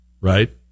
Right